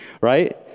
right